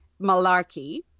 Malarkey